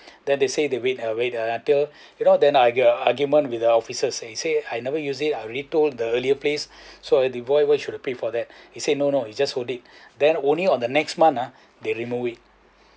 then they say they wait wait until you know then I go argument with the officer says I never use it I already told the earlier place so the invoice so why should I pay for that he say no no you just holding then only on the next month ah they removed it